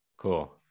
Cool